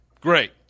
great